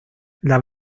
las